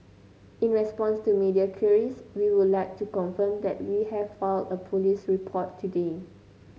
in response to media queries we would like to confirm that we have filed a police report today